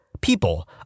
People